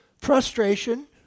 Frustration